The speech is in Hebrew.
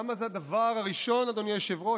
למה זה הדבר הראשון, אדוני היושב-ראש?